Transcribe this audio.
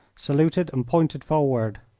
saluted, and pointed forward.